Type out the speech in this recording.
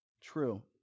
true